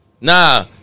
nah